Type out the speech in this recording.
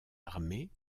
armée